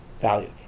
value